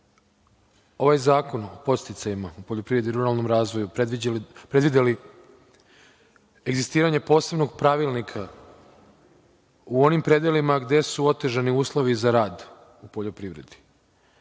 ovaj Zakon o podsticajima u poljoprivredi u ruralnom razvoju predvideli egzistiranje posebnog pravilnika u onim predelima gde su otežani uslovi za rad u poljoprivredi.